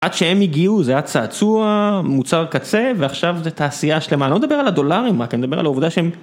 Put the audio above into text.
עד שהם הגיעו זה היה צעצוע מוצר קצה ועכשיו זה תעשייה שלמה, אני לא מדבר על הדולרים רק, אני מדבר על העובדה שהם.